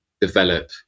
develop